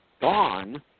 gone